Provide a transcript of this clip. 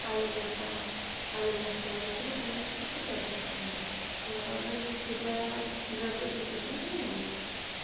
ଆଳୁ କଷା ଆଳୁ ମସଲା ଏସବୁ କୌଣସି କିଛି ଦରକାର ପଡ଼ୁନି ଘରରେ ଥିବା ଦ୍ରବ୍ୟ ଦେଇକିିନା ହିଁ ହଉ ଯାଉଛିି